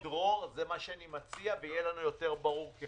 אני מציע שנשמע את דרור שטרום ואז יהיה לנו ברור יותר.